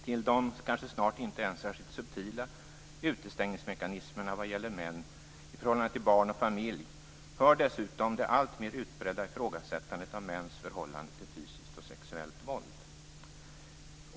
Till de snart kanske inte ens särskilt subtila utestängningsmekanismer vad gäller män i förhållande till barn och familj hör dessutom det alltmer utbredda ifrågasättandet av mäns förhållande till fysiskt och sexuellt våld.